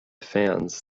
fans